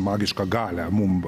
magišką galią mum